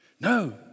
No